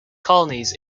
colonies